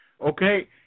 okay